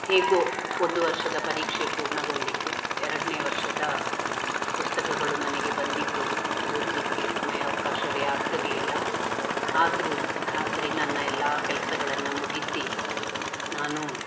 ಹೇಗೋ ಒಂದು ವರ್ಷದ ಪರೀಕ್ಷೆ ಪೂರ್ಣಗೊಂಡಿತು ಎರಡನೇ ವರ್ಷದ ಪುಸ್ತಕಗಳು ಮನೆಗೆ ಬಂದಿದ್ದವು ಓದಲಿಕ್ಕೆ ಸಮಯಾವಕಾಶವೇ ಆಗ್ತಿರಲಿಲ್ಲ ಆದುರ ರಾತ್ರಿ ನನ್ನ ಎಲ್ಲಾ ಕೆಲ್ಸಗಳನ್ನು ಮುಗಿಸಿ ನಾನು